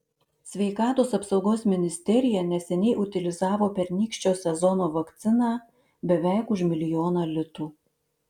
sveikatos apsaugos ministerija neseniai utilizavo pernykščio sezono vakciną beveik už milijoną litų